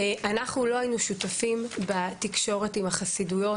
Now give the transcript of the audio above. אנחנו לא היינו שותפים בתקשורת עם החסידויות